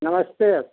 नमस्ते